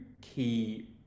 key